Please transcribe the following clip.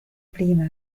prima